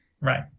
right